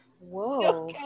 Whoa